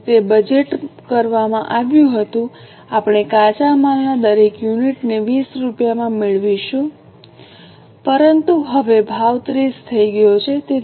તેથી તે બજેટ કરવામાં આવ્યું હતું કે આપણે કાચા માલના દરેક યુનિટને 20 રૂપિયામાં મેળવીશું પરંતુ હવે ભાવ 30 થઈ ગયો છે